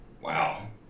Wow